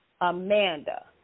Amanda